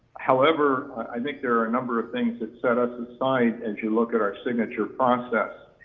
however i think there are a number of things that set us aside as you look at our signature process.